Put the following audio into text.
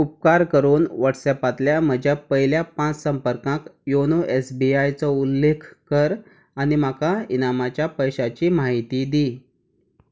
उपकार करून व्हॉट्सॲपांतल्या म्हज्या पयल्या पांच संपर्कांक योनो एस बी आयचो उल्लेख कर आनी म्हाका इनामाच्या पयशांची म्हायती दी